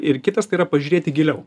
ir kitas tai yra pažiūrėti giliau